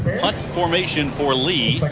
punt formation for lee.